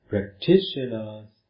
Practitioners